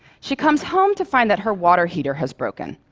she comes home to find that her water heater has broken,